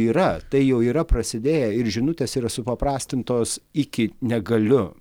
yra tai jau yra prasidėję ir žinutės yra supaprastintos iki negaliu